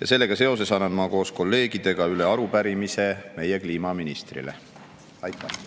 Ja sellega seoses annan ma koos kolleegidega üle arupärimise meie kliimaministrile. Aitäh!